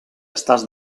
estàs